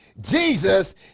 Jesus